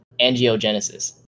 angiogenesis